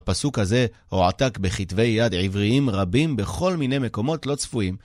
הפסוק הזה הועתק בכתבי יד עבריים רבים, בכל מיני מקומות לא צפויים.